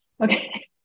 Okay